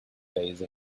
base